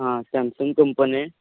हां सॅमसंग कंपनी आहे